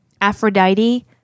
Aphrodite